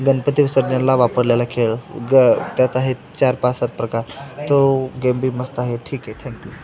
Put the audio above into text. गणपती विसर्जनाला वापरलेला खेळ ग त्यात आहेत चार पाच सात प्रकार तो गेम बी मस्त आहे ठीक आहे थँक्यू